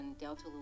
Delta